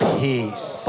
peace